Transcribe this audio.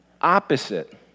opposite